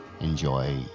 enjoy